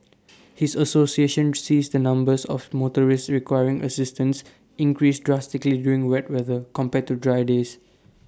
his association sees the numbers of motorists requiring assistance increase drastically during wet weather compared to dry days